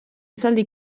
esaldi